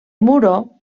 muro